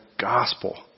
gospel